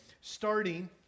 starting